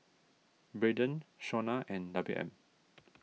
Braydon Shawnna and W M